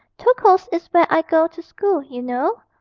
tokoe's is where i go to school, you know.